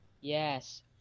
Yes